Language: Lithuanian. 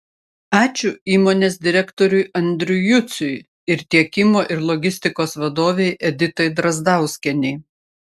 ačiū įmonės direktoriui andriui juciui ir tiekimo ir logistikos vadovei editai drazdauskienei